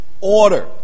order